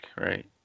right